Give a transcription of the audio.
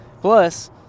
Plus